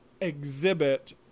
exhibit